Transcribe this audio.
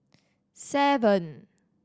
seven